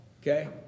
Okay